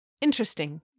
interesting